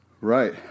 Right